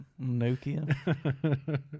Nokia